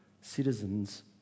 citizens